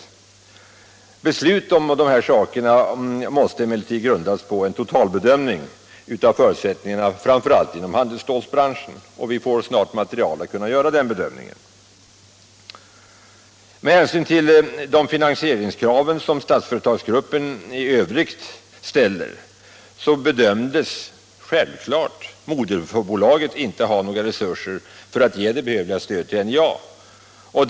Besluten i dessa frågor måste emellertid grundas på en totalbedömning av förutsättningarna framför allt för handelsstålsbranschen, och vi får snart underlag för att kunna göra den bedömningen. Med hänsyn till de finansieringskrav som Statsföretagsgruppen i övrigt ställer bedömdes naturligtvis moderbolaget inte ha några resurser för att ge det behövliga stödet till NJA.